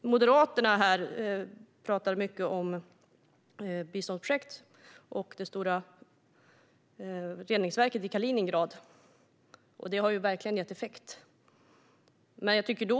Moderaterna talar mycket om biståndsprojekt och det stora reningsverket i Kaliningrad, som verkligen har gett effekt. Då